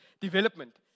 development